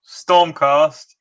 Stormcast